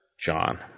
John